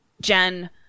jen